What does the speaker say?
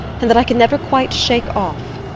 and that i can never quite shake off.